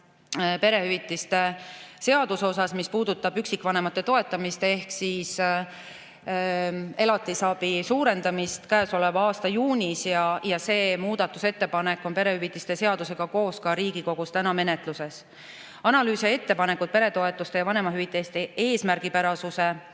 seaduse muutmine, mis puudutab üksikvanemate toetamist ehk elatisabi suurendamist, käesoleva aasta juunis. See muudatusettepanek on perehüvitiste seadusega koos ka Riigikogus menetluses. Analüüs ja ettepanekud peretoetuste ja vanemahüvitiste eesmärgipärasuse